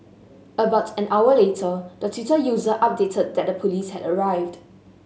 about an hour later the Twitter user updated that the police had arrived